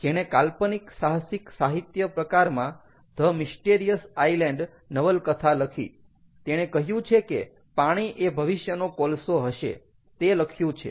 જેણે કાલ્પનિક સાહસિક સાહિત્ય પ્રકારમાં ધ મિસ્ટેરિયસ આઇલેન્ડ નવલકથા લખી તેણે કહ્યું છે કે પાણી એ ભવિષ્યનો કોલસો હશે તે લખ્યું છે